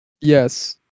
Yes